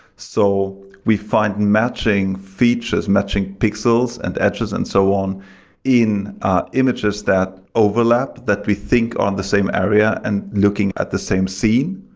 so we find matching features, matching pixels and edges and so on in images that overlap that we think on the same area and looking at the same scene.